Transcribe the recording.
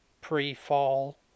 pre-fall